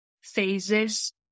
phases